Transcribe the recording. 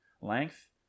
length